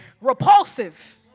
repulsive